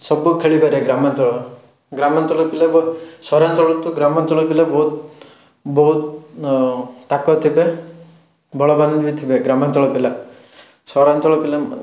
ସବୁ ଖେଳିପାରିବେ ଗ୍ରାମାଞ୍ଚଳ ଗ୍ରାମାଞ୍ଚଳର ପିଲାକୁ ସହରାଞ୍ଚଳଠୁ ଗ୍ରାମାଞ୍ଚଳ ପିଲା ବହୁତ ବହୁତ ତାକତ୍ ଥିବେ ଓ ବଳବାନ୍ ବି ଥିବେ ଗ୍ରାମାଞ୍ଚଳ ପିଲା ସହରାଞ୍ଚଳ ପିଲାମାନେ